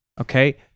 okay